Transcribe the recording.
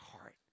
heart